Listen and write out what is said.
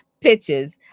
pitches